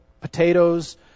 potatoes